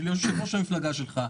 של יושב-ראש המפלגה שלך,